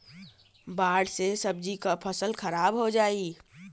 बाढ़ से सब्जी क फसल खराब हो जाई